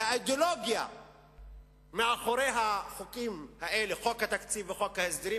כי האידיאולוגיה מאחורי חוק התקציב וחוק ההסדרים